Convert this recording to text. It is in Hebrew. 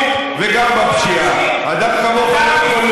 הוא פושע, הוא תומך טרור.